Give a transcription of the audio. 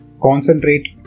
concentrate